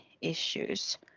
issues